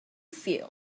feel